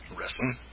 wrestling